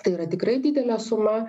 tai yra tikrai didelė suma